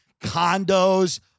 condos